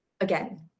again